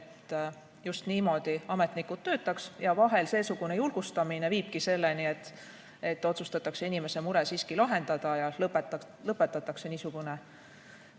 et just niimoodi ametnikud töötaks. Vahel seesugune julgustamine viibki selleni, et otsustatakse inimese mure siiski lahendada ja lõpetatakse niisugune